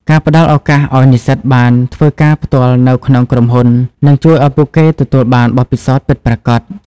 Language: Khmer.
ការផ្តល់ឱកាសឱ្យនិស្សិតបានធ្វើការផ្ទាល់នៅក្នុងក្រុមហ៊ុន នឹងជួយឱ្យពួកគេទទួលបានបទពិសោធន៍ពិតប្រាកដ។